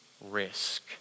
risk